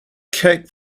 kate